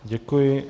Děkuji.